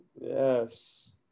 yes